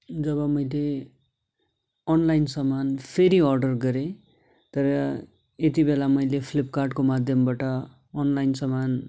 जब मैले अनलाइन सामान फेरि अर्डर गरेँ तर यति बेला मैले फ्लिपकार्टको माध्यमबाट अनलाइन सामान